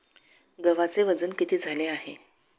गव्हाचे वजन किती झाले आहे?